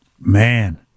Man